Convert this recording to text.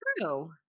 True